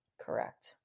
Correct